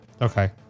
Okay